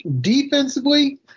Defensively